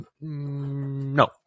No